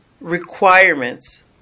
requirements